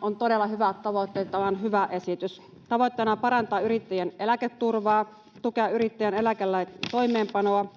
on todella hyvät tavoitteet, tämä on hyvä esitys. Tavoitteena on parantaa yrittäjien eläketurvaa, tukea yrittäjän eläkelain toimeenpanoa,